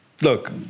look